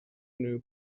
new